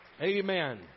Amen